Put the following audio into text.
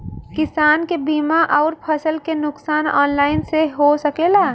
किसान के बीमा अउर फसल के नुकसान ऑनलाइन से हो सकेला?